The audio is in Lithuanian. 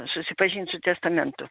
susipažint su testamentu